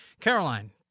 Caroline